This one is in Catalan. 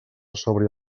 sobre